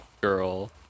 girl